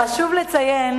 חשוב לציין